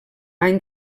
any